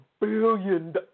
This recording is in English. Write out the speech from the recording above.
billion